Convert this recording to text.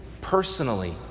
personally